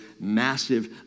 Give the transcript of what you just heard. massive